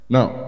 Now